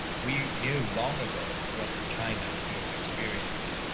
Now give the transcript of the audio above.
we knew long ago what china was experiencing.